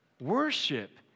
worship